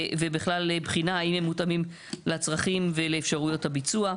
ובכלל בחינה האם הם מותאמים לצרכים ולאפשרויות הביצוע.